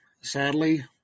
sadly